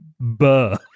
buh